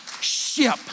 ship